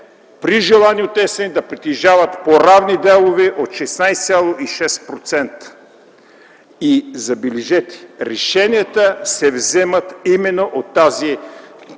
при желание да притежават по равни дялове от 16,6%. Забележете, решенията се вземат именно от тази